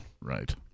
right